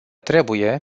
trebuie